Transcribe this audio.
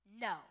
No